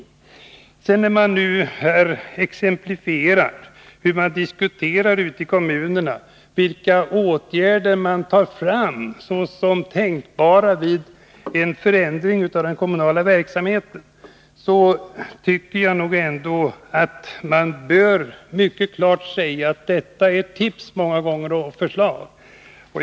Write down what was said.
När det nu har lämnats exempel på hur man ute i kommunerna diskuterar vilka åtgärder som är tänkbara vid en förändring av den kommunala verksamheten, tycker jag att man mycket klart bör säga ifrån att det många Nr 154 gånger rör sig om tips och förslag.